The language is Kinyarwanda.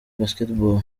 basketball